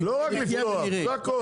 לא רק לפתוח, זה הכל.